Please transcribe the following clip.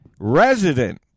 resident